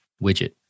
widget